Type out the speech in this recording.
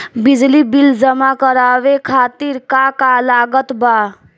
बिजली बिल जमा करावे खातिर का का लागत बा?